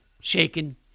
shaken